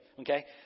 Okay